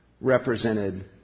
represented